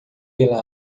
pela